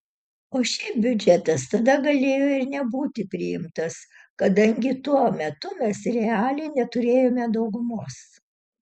o šiaip biudžetas tada galėjo ir nebūti priimtas kadangi tuo metu mes realiai neturėjome daugumos